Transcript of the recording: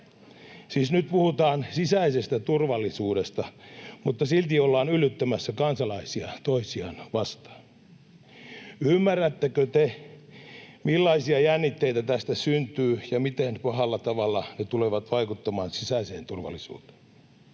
nyt puhutaan sisäisestä turvallisuudesta, mutta silti ollaan yllyttämässä kansalaisia toisiaan vastaan. Ymmärrättekö te, millaisia jännitteitä tästä syntyy ja miten pahalla tavalla ne tulevat vaikuttamaan sisäiseen turvallisuuteemme?